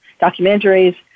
documentaries